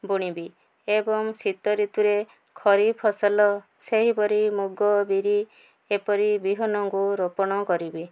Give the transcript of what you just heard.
ବୁଣିବି ଏବଂ ଶୀତ ଋତୁରେ ଖରିଫ ଫସଲ ସେହିପରି ମୁଗ ବିରି ଏପରି ବିହନଙ୍କୁ ରୋପଣ କରିବି